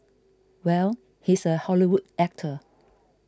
well he's a Hollywood actor